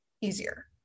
easier